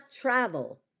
travel